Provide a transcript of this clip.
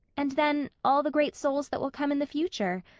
and then, all the great souls that will come in the future?